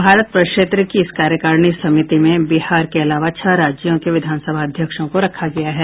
भारत प्रक्षेत्र की इस कार्यकारिणी समिति में बिहार के अलावा छह राज्यों के विधानसभा अध्यक्षों को रखा गया है